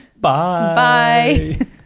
Bye